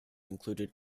included